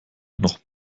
noch